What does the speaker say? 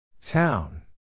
Town